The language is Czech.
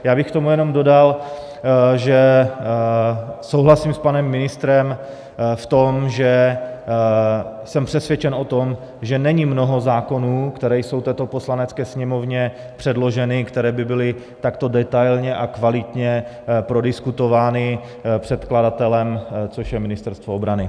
Já bych k tomu jenom dodal, že souhlasím s panem ministrem v tom, že jsem přesvědčen o tom, že není mnoho zákonů, které jsou této Poslanecké sněmovně předloženy, které by byly takto detailně a kvalitně prodiskutovány předkladatelem, což je Ministerstvo obrany.